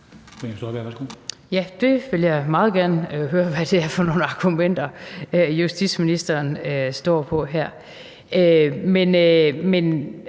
Ja, det vil jeg meget gerne høre, altså hvad det er for nogle argumenter, justitsministeren står med her. Jeg